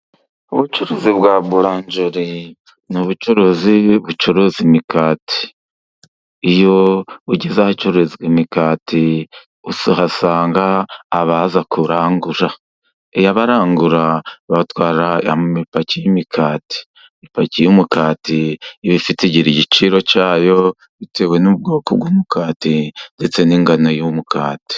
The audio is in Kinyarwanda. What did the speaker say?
ubucuruzi bwa buranjeri ni ubucuruzi bucuruza imikati iyo tugeze aharanguzwa imikati, uhasanga abaza kurangura, iyo barangura batwara amapaki y'imikati, ipaki y'umukara iba ifite, igira igiciro cyayo bitewe n'ubwoko bw'umugati, ndetse n'ingano y'umugati.